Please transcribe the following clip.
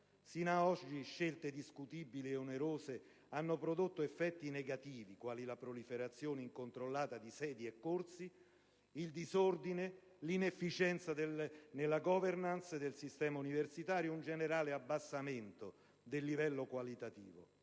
Sino ad oggi scelte discutibili ed onerose hanno prodotto effetti negativi, quali la proliferazione incontrollata di sedi e corsi, il disordine, l'inefficienza nella *governance* del sistema universitario e un generale abbassamento del livello qualitativo.